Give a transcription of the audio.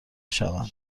شوند